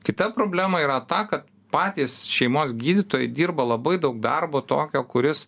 kita problema yra ta ka patys šeimos gydytojai dirba labai daug darbo tokio kuris